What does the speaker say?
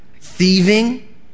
thieving